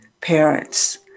parents